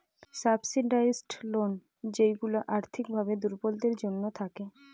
subsidised loan যেইগুলা আর্থিক ভাবে দুর্বলদের জন্য থাকে